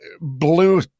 blue